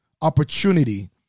Opportunity